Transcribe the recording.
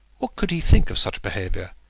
what could he think of such behaviour?